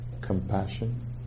compassion